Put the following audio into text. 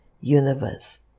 universe